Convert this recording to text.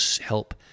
help